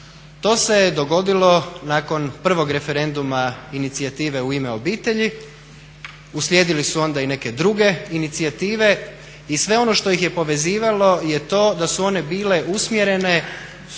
To se dogodilo nakon prvog referenduma Inicijative u ime obitelji. Uslijedile su onda i neke druge inicijative i sve ono što ih je povezivalo je to da su one bile usmjerene